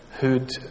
who'd